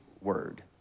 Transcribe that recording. Word